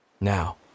Now